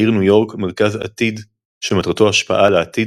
לעיר ניו יורק מרכז עתיד שמטרתו השפעה על העתיד